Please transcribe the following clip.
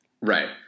Right